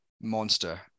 monster